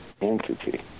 Entity